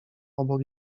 obok